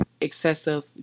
excessive